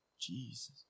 Jesus